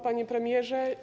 Panie Premierze!